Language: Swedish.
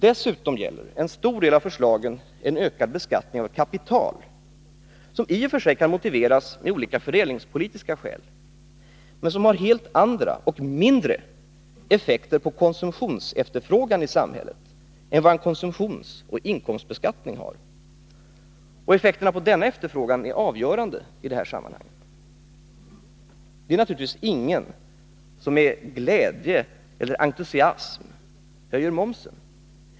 Dessutom gäller en stor del av förslagen en ökad beskattning av kapital som i och för sig kan motiveras med olika fördelningspolitiska skäl, men som har helt andra och mindre effekter på konsumtionsefterfrågan i samhället än en konsumtionsoch inkomstbeskattning. Och effekterna på denna efterfrågan är avgörande i detta sammanhang. Det är naturligtvis ingen som med glädje och entusiasm höjer momsen.